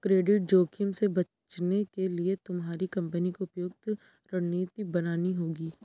credit जोखिम से बचने के लिए तुम्हारी कंपनी को उपयुक्त रणनीति बनानी होगी